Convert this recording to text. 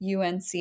UNC